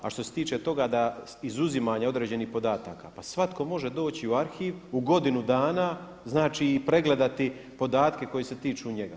A što se tiče toga da, izuzimanje određenih podataka, pa svatko može doći u arhiv u godinu dana znači i pregledati podatke koji se tiču njega.